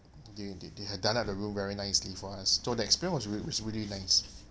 they they they had done up the room very nicely for us so the experience was re~ was really nice